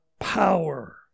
Power